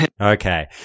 okay